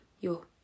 Yo